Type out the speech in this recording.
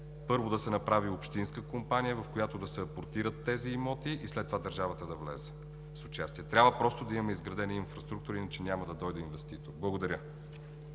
първо, да се направи общинска компания, в която да се апортират тези имоти и след това държавата да влезе с участие. Трябва просто да имаме изградена инфраструктура, иначе няма да дойде инвеститор. Благодаря.